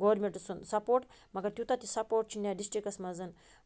government سُنٛد support مگر تیوٗتاہ تہِ سَپوٹ چھِنہٕ یَتھ ڈِسٹرکَس منٛز